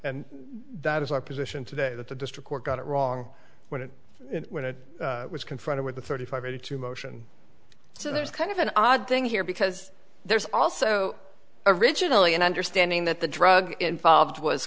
and that is our position today that the district court got it wrong when it when it was confronted with the thirty five eighty two motion so there's kind of an odd thing here because there's also originally an understanding that the drug involved was